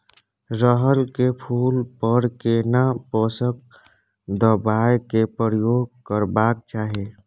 रहर के फूल पर केना पोषक दबाय के प्रयोग करबाक चाही?